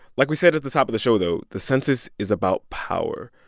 like we said at the top of the show, though, the census is about power.